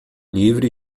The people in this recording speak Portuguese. livre